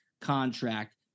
contract